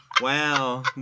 Wow